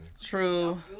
True